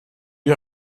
vue